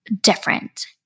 different